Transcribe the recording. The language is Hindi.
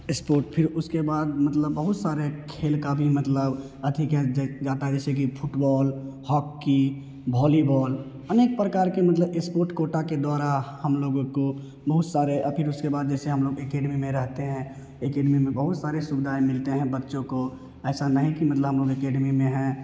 इस्पोर्ट फिर उसके बाद मतलब बहुत सारे खेल का भी मतलब अधिक है जै जाता है कि जैसे कि फुटबॉल हॉकी भॉलीबॉल अनेक प्रकार के मतलब इस्पोर्ट कोटा के द्वारा हम लोगों को बहुत सारे और फिर उसके बाद जैसे हम लोग एकेडमी में रहते है एकेडमी में बहुत सारे सुविधाएँ मिलते हैं बच्चों को ऐसा नहीं कि मतलब हम एकेडमी में हैं